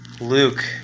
Luke